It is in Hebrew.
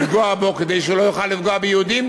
כדי שהוא לא יוכל לפגוע ביהודים,